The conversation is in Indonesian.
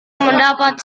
mendapat